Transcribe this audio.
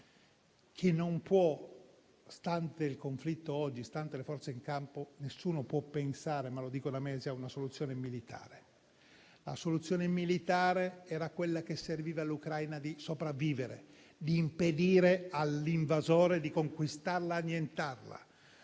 che, stante il conflitto oggi e stante le forze in campo, nessuno può pensare - lo dico da mesi - a una soluzione militare. La soluzione militare era quella che consentiva all'Ucraina di sopravvivere, di impedire all'invasore di conquistarla e annientarla